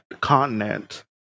continent